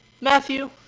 Matthew